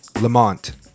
Lamont